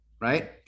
right